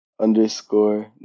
underscore